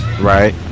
Right